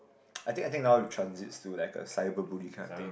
I think I think now it transits to like a cyber bully kind of thing